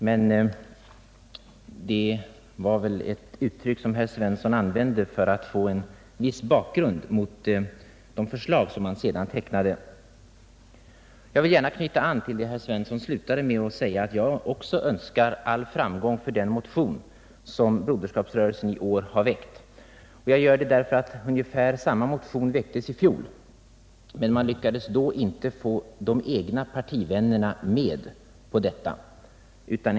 Men herr Svensson i Kungälv använde det väl för att få en viss bakgrund till de förslag som han förde fram. Jag vill gärna knyta an till vad herr Svensson slutade med och säga att också jag önskar framgång åt den motion som Broderskapsrörelsen i år har väckt. Ungefär samma motion väcktes i fjol, men då lyckades man inte få de egna partivännerna med på förslagen.